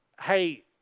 hey